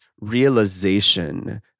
realization